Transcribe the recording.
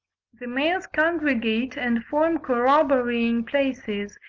the males congregate and form corroborying places,